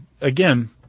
again